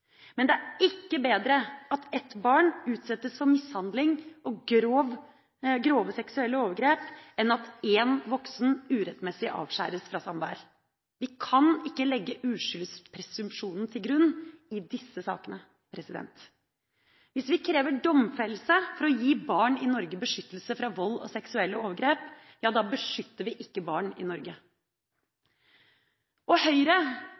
men det er ikke bedre at ett barn utsettes for mishandling og grove seksuelle overgrep enn at én voksen urettmessig avskjæres fra samvær. Vi kan ikke legge uskyldspresumsjonen til grunn i disse sakene. Hvis vi krever domfellelse for å gi barn i Norge beskyttelse fra vold og seksuelle overgrep, beskytter vi ikke barn i Norge. Og Høyre: